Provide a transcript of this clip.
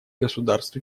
государств